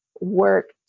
work